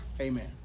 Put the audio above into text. Amen